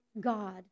God